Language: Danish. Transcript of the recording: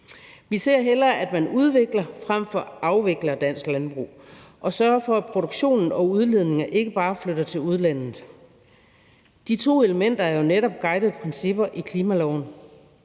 Vi ser hellere, at man udvikler frem for afvikler dansk landbrug og sørger for, at produktionen og udledningerne ikke bare flytter til udlandet. De to elementer er jo netop guidende principper i klimaloven.